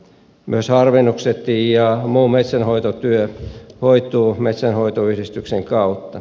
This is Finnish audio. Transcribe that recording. myös harvennukset ja muu metsänhoitotyö hoituvat metsänhoitoyhdistyksen kautta